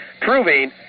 proving